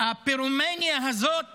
הפירומניה הזאת